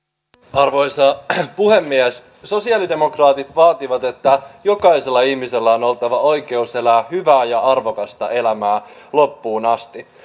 arvoisa puhemies sosialidemokraatit vaativat että jokaisella ihmisellä on oltava oikeus elää hyvää ja arvokasta elämää loppuun asti